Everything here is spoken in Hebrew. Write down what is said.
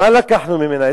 מה לקחנו ממנה?